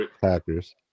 Packers